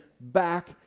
back